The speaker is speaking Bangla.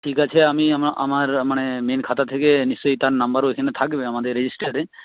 ঠিক আছে আমি আমার মানে মেন খাতাতে থেকে নিশ্চয়ই তার নাম্বারও এখানে থাকবে আমাদের রেজিস্টারে